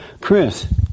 Chris